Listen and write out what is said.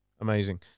Amazing